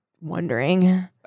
wondering